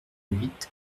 huit